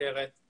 לישראל